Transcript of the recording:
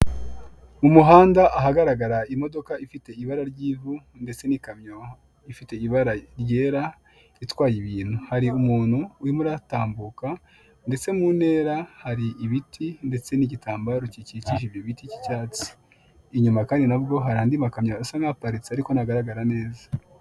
Mumuhanda ahagaragara imodoka ifite ibara ry'ivu, ndetse n'ikamyo ifite ibara ryera itwaye ibintu hari umuntu urimo urahatambuka ndetse mu ntera hari ibiti ndetse n'igitambaro gikikije ibyo biti cy'icyatsi. Inyuma kandi nabwo hari andi makamyo asa nkaparitse ariko atagaragara neza.